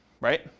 right